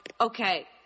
okay